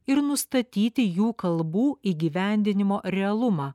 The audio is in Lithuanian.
ir nustatyti jų kalbų įgyvendinimo realumą